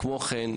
כמו כן,